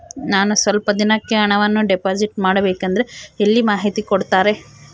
ನಾನು ಸ್ವಲ್ಪ ದಿನಕ್ಕೆ ಹಣವನ್ನು ಡಿಪಾಸಿಟ್ ಮಾಡಬೇಕಂದ್ರೆ ಎಲ್ಲಿ ಮಾಹಿತಿ ಕೊಡ್ತಾರೆ?